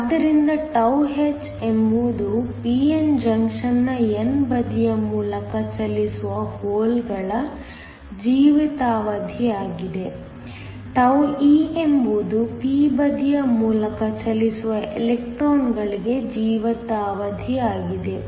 ಆದ್ದರಿಂದ τh ಎಂಬುದು p n junction ನ n ಬದಿಯ ಮೂಲಕ ಚಲಿಸುವ ಹೋಲ್ಗಳ ಜೀವಿತಾವಧಿಯಾಗಿದೆ τe ಎಂಬುದು p ಬದಿಯ ಮೂಲಕ ಚಲಿಸುವ ಎಲೆಕ್ಟ್ರಾನ್ಗಳಿಗೆ ಜೀವಿತಾವಧಿಯಾಗಿದೆ